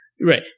Right